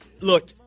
Look